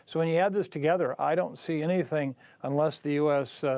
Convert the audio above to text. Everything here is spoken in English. so when you add this together, i don't see anything unless the u s.